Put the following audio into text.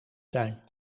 zijn